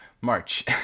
March